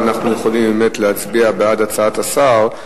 אנחנו יכולים באמת להצביע בעד הצעת השר,